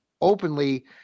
openly